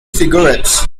cigarettes